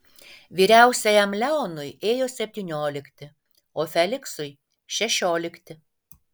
vyriausiajam leonui ėjo septyniolikti o feliksui šešiolikti